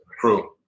True